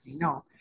No